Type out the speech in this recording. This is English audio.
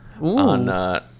on